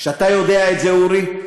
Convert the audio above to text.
ואתה יודע את זה, אורי,